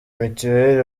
mitiweri